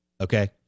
Okay